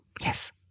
Yes